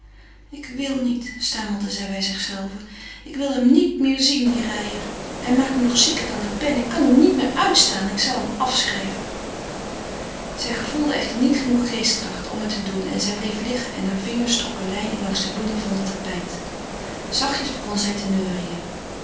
ik wil niet stamelde zij bij zichzelve ik wil hem niet meer zien dien reijer hij maakt me nog zieker dan ik ben ik kan hem niet meer uitstaan ik zal hem schrijven zij gevoelde echter niet genoeg geestkracht om het te doen en zij bleef liggen en hare vingers trokken lijnen langs de bloemen van het tapijt zachtjes begon zij te neuriën